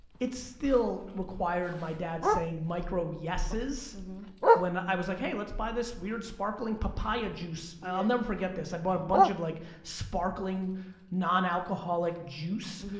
it still required my dad saying micro yes's when i was like, hey let's buy this weird sparkling papaya juice. i'll never forget this. i bought a bunch of like sparkling non-alcoholic juice,